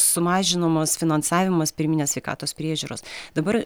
sumažinamos finansavimas pirminės sveikatos priežiūros dabar